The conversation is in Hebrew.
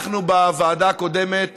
אנחנו בוועדה הקודמת